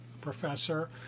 professor